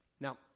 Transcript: Now